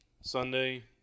Sunday